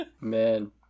man